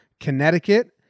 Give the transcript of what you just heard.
Connecticut